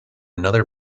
another